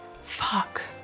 Fuck